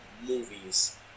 movies